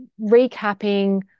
recapping